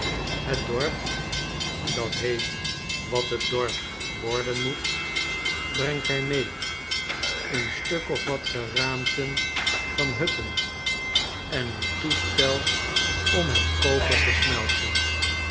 het dorp dat heet wat het dorp worden moet brengt hi mee een stuk of wat geraamten van hutteii en een toestelom het koper te smelten